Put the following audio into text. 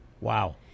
Wow